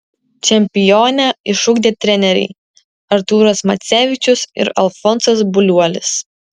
čempionę išugdė treneriai artūras macevičius ir alfonsas buliuolis